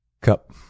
Cup